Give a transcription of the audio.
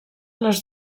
les